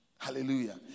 Hallelujah